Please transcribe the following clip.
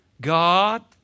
God